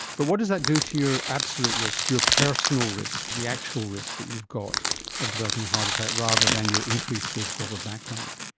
but what does that do to your absolute risk, your personal risk, the actual risk that you've got of developing a heart attack, rather than your increased risk over background?